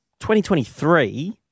2023